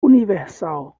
universal